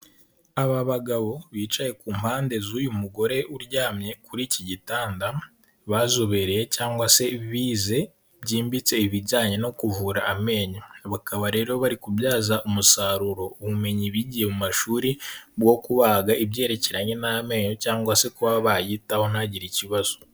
Aba bagabo bicaye ku mpande z'uyu mugore uryamye kuri iki gitanda, bazobereye cyangwa se bize byimbitse ibijyanye no kuvura amenyo. Bakaba rero bari kubyaza umusaruro ubumenyi bigiye mu mashuri bwo kubaga ibyerekeranye n'amenyo cyangwa se kuba bayitaho ntagire ikibazo.